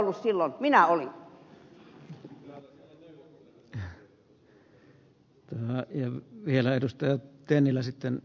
kyllä te ette ollut täällä silloin minä olin